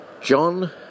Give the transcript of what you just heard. John